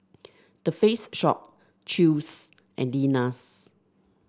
The Face Shop Chew's and Lenas